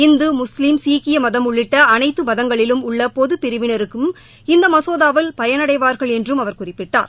இந்து முஸ்லீம் சீக்கிய மதம் உள்ளிட்ட அனைத்து மதங்களிலும் உள்ள பொதுப்பிரிவினரும் இந்த மசோதாவால் பயனடைவார்கள் என்றும் அவர் குறிப்பிட்டார்